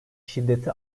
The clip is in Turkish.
şiddeti